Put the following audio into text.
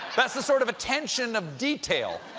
that's the sort of attention of detail,